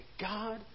God